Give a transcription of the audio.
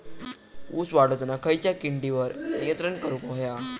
ऊस वाढताना खयच्या किडींवर नियंत्रण करुक व्हया?